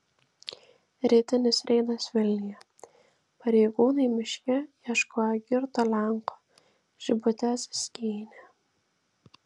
rytinis reidas vilniuje pareigūnai miške ieškoję girto lenko žibutes skynė